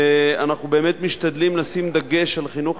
ואנחנו באמת משתדלים לשים דגש על חינוך